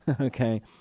okay